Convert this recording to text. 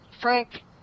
Frank